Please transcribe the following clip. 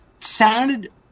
sounded